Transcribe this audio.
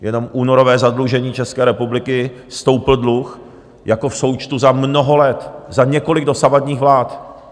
Jenom v únorovém zadlužení České republiky stoupl dluh jako v součtu za mnoho let, za několik dosavadních vlád.